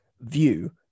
view